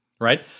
right